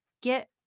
get